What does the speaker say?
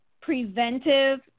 preventive